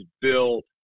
built